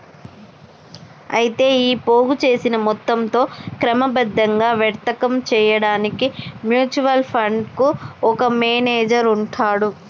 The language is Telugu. అయితే ఈ పోగు చేసిన మొత్తంతో క్రమబద్ధంగా వర్తకం చేయడానికి మ్యూచువల్ ఫండ్ కు ఒక మేనేజర్ ఉంటాడు